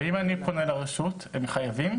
ואם אני פונה לרשות, הם חייבים?